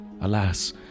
alas